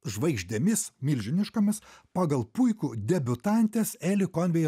žvaigždėmis milžiniškomis pagal puikų debiutantės eli konvei